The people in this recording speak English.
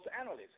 analysts